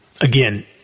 Again